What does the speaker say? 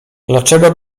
dlaczego